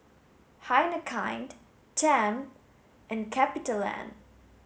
Heinekein Tempt and CapitaLand